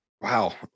Wow